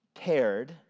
paired